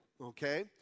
okay